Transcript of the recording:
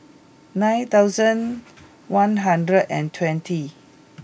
nine thousand one hundred and twenty